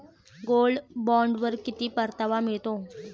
Gold बॉण्डवर किती परतावा मिळतो?